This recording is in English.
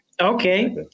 Okay